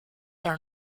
are